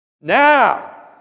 Now